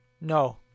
No